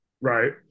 Right